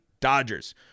Dodgers